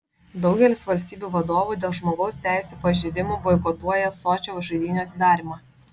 daugelis valstybių vadovų dėl žmogaus teisių pažeidimų boikotuoja sočio žaidynių atidarymą